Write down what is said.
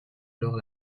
alors